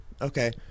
Okay